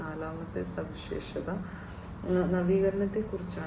നാലാമത്തെ സവിശേഷത നവീകരണത്തെക്കുറിച്ചാണ്